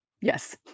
Yes